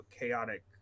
chaotic